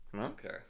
Okay